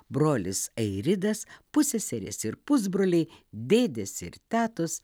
brolis airidas pusseserės ir pusbroliai dėdės ir tetos